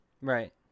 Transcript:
Right